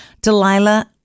Delilah